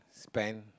spend